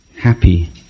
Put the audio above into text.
happy